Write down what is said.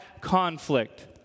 conflict